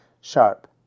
sharp